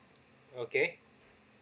okay